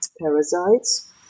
parasites